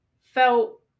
felt